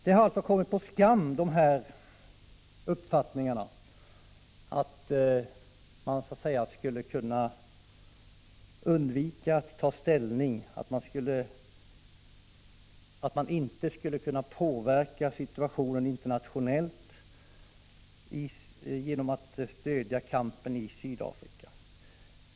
De har alltså kommit på skam de här uppfattningarna att man så att säga skulle kunna undvika att ta ställning, att man inte skulle kunna påverka situationen internationellt och stödja kampen i Sydafrika.